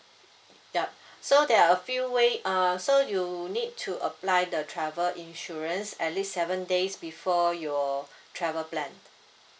yup so there are a few way uh so you would need to apply the travel insurance at least seven days before your travel plan